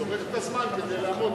צורך את הזמן כדי לעמוד,